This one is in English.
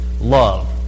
love